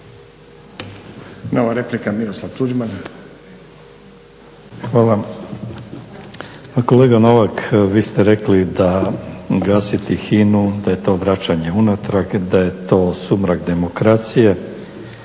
**Tuđman, Miroslav (HDZ)** Hvala. Pa kolega Novak vi ste rekli da gasiti HINA-u da je to vraćanje unatrag, da je to sumrak demokracije,